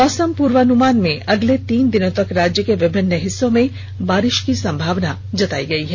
मौसम पूर्वानुमान में अगले तीन दिनों तक राज्य के विभिन्न हिस्सों में बारिष की संभावना जतायी गयी है